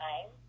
time